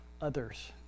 others